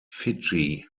fiji